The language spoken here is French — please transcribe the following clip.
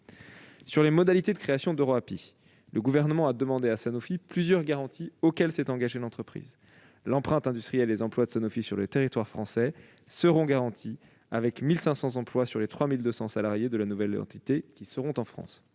Sur les modalités de création d'EuroAPI, le Gouvernement a demandé à Sanofi plusieurs garanties auxquelles s'est engagée l'entreprise : l'empreinte industrielle et les emplois de Sanofi sur le territoire français seront garantis, avec 1 500 emplois sur les 3 200 salariés de la nouvelle entité qui seront en France